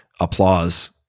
applause